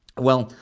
well,